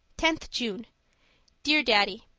tenth june dear daddy,